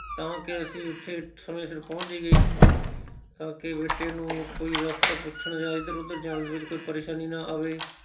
ਤਾਂ ਕਿ ਅਸੀਂ ਉੱਥੇ ਸਮੇਂ ਸਿਰ ਪਹੁੰਚ ਜਾਈਏ ਤਾਂ ਕਿ ਬੇਟੇ ਨੂੰ ਕੋਈ ਰਸਤਾ ਪੁੱਛਣ ਯਾ ਇਧਰ ਉਧਰ ਜਾਣ ਦੇ ਵਿੱਚ ਕੋਈ ਪਰੇਸ਼ਾਨੀ ਨਾ ਆਵੇ